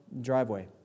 driveway